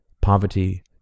poverty